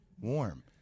warm